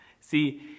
See